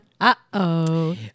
Uh-oh